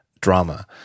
drama